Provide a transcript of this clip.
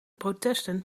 protesten